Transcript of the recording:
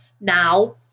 now